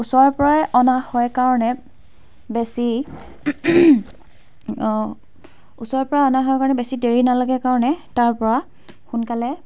ওচৰৰ পৰাই অনা হয় কাৰণে বেছি ওচৰৰ পৰা অনা হয় কাৰণে বেছি দেৰি নালাগে কাৰণে তাৰ পৰা সোনকালে